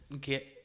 get